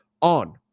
on